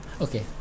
Okay